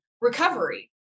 recovery